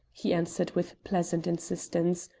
he answered with pleasant insistence.